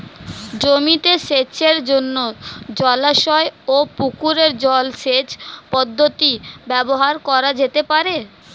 জমিতে সেচের জন্য জলাশয় ও পুকুরের জল সেচ পদ্ধতি ব্যবহার করা যেতে পারে?